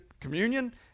communion